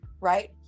right